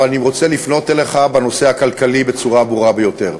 אבל אני רוצה לפנות אליך בנושא הכלכלי בצורה הברורה ביותר: